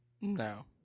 No